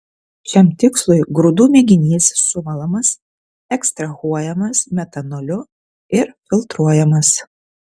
šiam tikslui grūdų mėginys sumalamas ekstrahuojamas metanoliu ir filtruojamas